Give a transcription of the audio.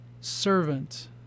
servant